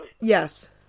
Yes